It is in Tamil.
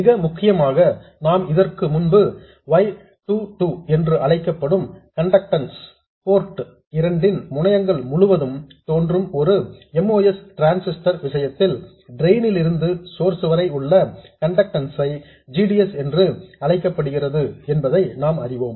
மிக முக்கியமாக நாம் இதற்கு முன் y 2 2 என்று அழைக்கப்படும் கண்டக்டன்ஸ் போர்ட் இரண்டின் முனையங்கள் முழுவதும் தோன்றும் ஒரு MOS டிரான்சிஸ்டர் விஷயத்தில் ட்ரெயின் லிருந்து சோர்ஸ் வரை உள்ள கண்டக்டன்ஸ் ஐ g d s என்று அழைக்கப்படுகிறது என்பதை நாம் அறிவோம்